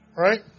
right